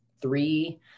Three